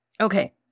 Okay